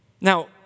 Now